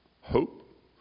hope